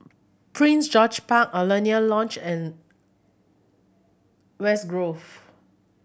Prince George Park Alaunia Lodge and West Grove